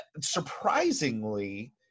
surprisingly